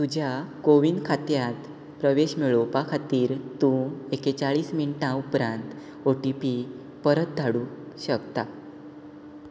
तुज्या कोविन खात्यांत प्रवेश मेळोवपा खातीर तूं एकेचाळीस मिनटां उपरांत ओ टी पी परत धाडूंक शकता